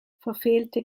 verfehlte